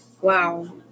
wow